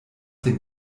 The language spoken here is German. dem